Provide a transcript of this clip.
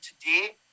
today